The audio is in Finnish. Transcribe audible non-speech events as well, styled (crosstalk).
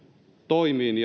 toimiin (unintelligible)